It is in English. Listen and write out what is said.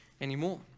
anymore